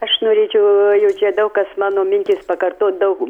aš norėčiau jau čia daug kas mano mintis pakartot daug